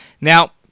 Now